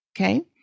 okay